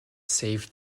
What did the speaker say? saved